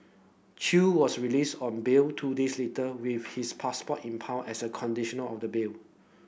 Chew was released on bail two days later with his passport impounded as a conditional of the bail